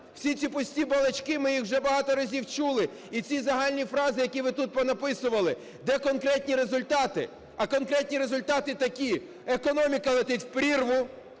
Всі ці пусті балачки ми їх вже багато разів чули, і ці загальні фрази, які ви тут понаписували. Де конкретні результати? А конкретні результати такі: економіка летить в прірву,